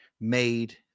made